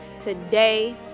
today